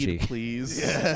please